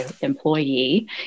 employee